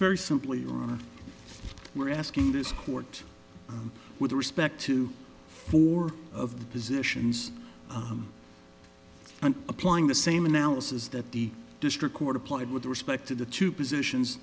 very simply running we're asking this court with respect to four of the positions on i'm applying the same analysis that the district court applied with respect to the two positions